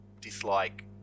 dislike